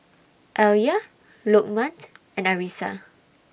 Alya Lokman and Arissa